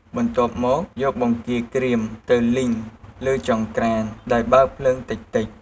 បន្ទាប់មកយកបង្គារក្រៀមទៅលីងលើចង្ក្រានដោយបើកភ្លើងតិចៗ។